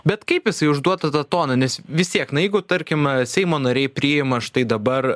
bet kaip jisai užduotą tą toną nes vis tiek na jeigu tarkim seimo nariai priima štai dabar